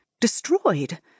destroyed